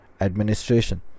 administration